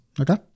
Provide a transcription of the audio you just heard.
Okay